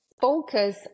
focus